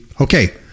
Okay